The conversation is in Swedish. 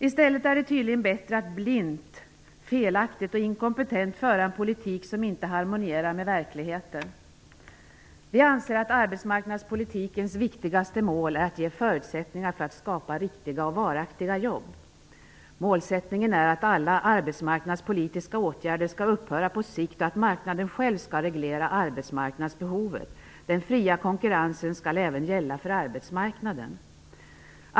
I stället är det tydligen bättre att blint, felaktigt och inkompetent föra en politik som inte harmonierar med verkligheten. Vi anser att arbetsmarknadspolitikens viktigaste mål är att ge förutsättningar för att skapa riktiga och varaktiga jobb. Målsättningen är att alla arbetsmarknadspolitiska åtgärder skall upphöra på sikt och att marknaden självt skall reglera arbetsmarknadsbehovet. Den fria konkurrensen skall även gälla för arbetsmarknaden.